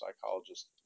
psychologist